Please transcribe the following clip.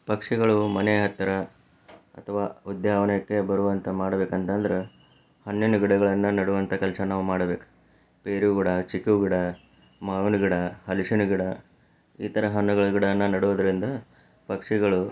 ಪಕ್ಷಿಗಳು ಮನೆ ಹತ್ತಿರ ಅಥವಾ ಉದ್ಯಾನವನಕ್ಕೆ ಬರುವಂತೆ ಮಾಡಬೇಕಂತಂದ್ರೆ ಹಣ್ಣಿನ ಗಿಡಗಳನ್ನು ನೆಡುವಂಥ ಕೆಲಸ ನಾವು ಮಾಡಬೇಕು ಪೇರು ಗಿಡ ಚಿಕ್ಕು ಗಿಡ ಮಾವಿನ ಗಿಡ ಹಲಸಿನ ಗಿಡ ಈ ಥರ ಹಣ್ಣುಗಳ ಗಿಡಾನ್ನ ನೆಡುವುದ್ರಿಂದ ಪಕ್ಷಿಗಳು